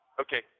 Okay